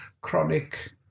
chronic